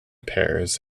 pairs